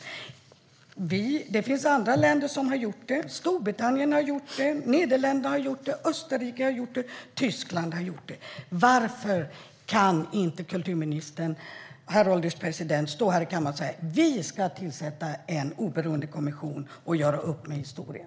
Det finns andra länder som har gjort det: Storbritannien, Nederländerna, Österrike, Tyskland. Varför, herr ålderspresident, kan inte kulturministern här i kammaren säga "Vi ska tillsätta en oberoende kommission och göra upp med historien"?